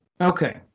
Okay